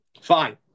Fine